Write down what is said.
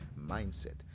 mindset